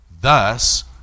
Thus